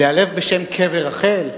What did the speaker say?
להיעלב בשם קבר רחל?